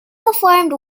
performed